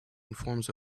informs